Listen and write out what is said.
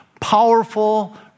powerful